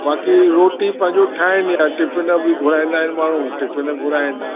बाक़ी रोटी पंहिंजो ठाहिनि या टिफिन बि घुराईंदा आहिनि माण्हू टिफिन घुराइनि